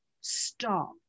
Stop